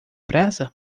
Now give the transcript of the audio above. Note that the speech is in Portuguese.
pressa